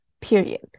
Period